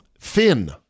thin